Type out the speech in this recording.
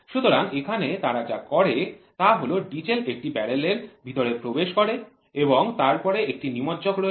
সুতরাং এখানে তারা যা করে তা হল ডিজেল একটি ব্যারেলের ভিতরে প্রবেশ করে এবং তারপরে একটি নিমজ্জক রয়েছে